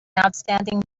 outstanding